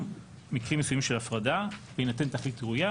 מקרים מסוימים של הפרדה בהינתן תכלית ראויה,